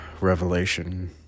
revelation